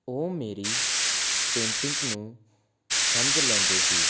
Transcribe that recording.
ਉਹ ਮੇਰੀ ਪੇਂਟਿੰਗ ਨੂੰ ਸਮਝ ਲੈਂਦੇ ਸੀ